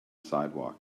sidewalk